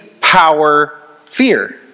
power-fear